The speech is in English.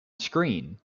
screen